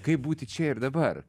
kaip būti čia ir dabar